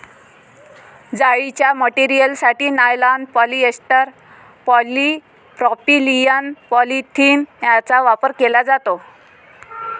जाळीच्या मटेरियलसाठी nylon, polyester, polypropylene, polythene यांचा वापर केला जातो